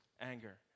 anger